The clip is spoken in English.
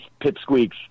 pipsqueaks